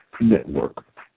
Network